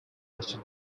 listed